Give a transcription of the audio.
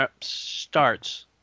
starts